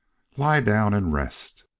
lie down and rest.